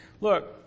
look